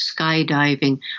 skydiving